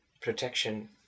protection